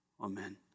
Amen